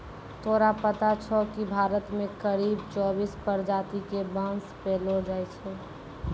तोरा पता छौं कि भारत मॅ करीब चौबीस प्रजाति के बांस पैलो जाय छै